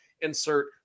insert